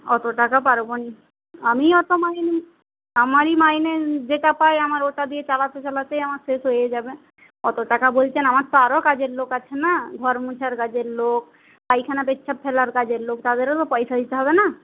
অত টাকা পারবনা আমিই অত মাইনে আমারই মাইনে যেটা পাই আমার ওটা দিয়ে চালাতে চালাতেই আমার শেষ হয়ে যাবে অত টাকা বলছেন আমার তো আরও কাজের লোক আছে না ঘর মোছার কাজের লোক পায়খানা পেচ্ছাপ ফেলার কাজের লোক তাদেরও তো পয়সা দিতে হবে না